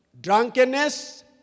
drunkenness